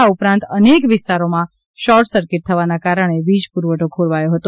આ ઉપરાંત અનેક વિસ્તારોમાં શોર્ટ સર્કીટ થવાના કારણે વીજ ્પ્રવઠો ખોરવાઇ ગયો છે